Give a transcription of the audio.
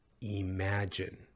Imagine